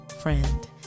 friend